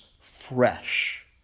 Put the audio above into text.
fresh